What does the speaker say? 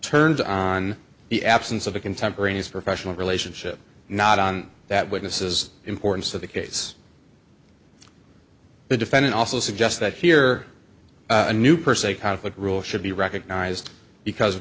turned on the absence of the contemporaneous professional relationship not on that witnesses importance of the case the defendant also suggests that here new per se conflict rule should be recognized because